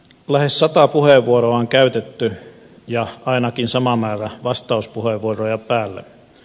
lähes sata puheenvuoroa on käytetty ja ainakin sama määrä vastauspuheenvuoroja päälle